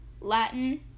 latin